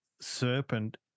serpent